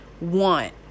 want